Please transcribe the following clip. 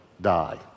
die